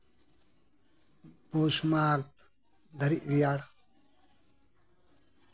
ᱯᱳᱥ ᱢᱟᱜᱷ ᱫᱷᱟᱹᱨᱤᱡ ᱨᱮᱭᱟᱲ